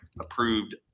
approved